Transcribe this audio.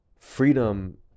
Freedom